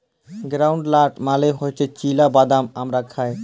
গেরাউলড লাট মালে হছে চিলা বাদাম আমরা খায়